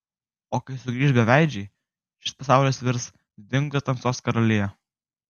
o kai sugrįš beveidžiai šis pasaulis virs didingos tamsos karalija